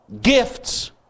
gifts